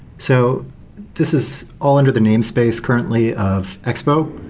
so this is all under the name space currently of expo,